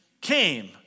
came